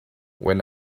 when